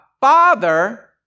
Father